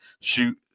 shoot